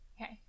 okay